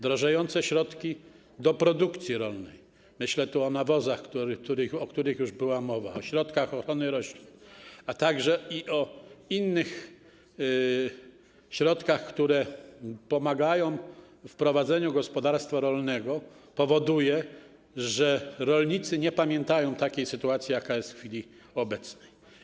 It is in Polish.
Drożejące środki do produkcji rolnej, myślę o nawozach, o których była mowa, o środkach ochrony roślin, a także o innych środkach, które pomagają w prowadzeniu gospodarstwa rolnego - to wszystko powoduje, że rolnicy nie pamiętają takiej sytuacji, jaka jest w chwili obecnej.